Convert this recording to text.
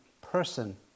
person